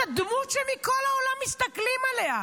אתה דמות שמכל העולם מסתכלים עליה.